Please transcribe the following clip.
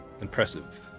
impressive